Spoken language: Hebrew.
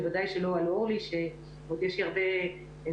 בוודאי לא על אורלי שעוד יש לי הרבה זיכרונות